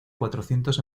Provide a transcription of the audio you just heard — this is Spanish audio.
cuatrocientos